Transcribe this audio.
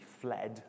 fled